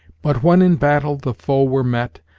but when in battle the foe were met,